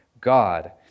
God